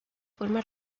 forma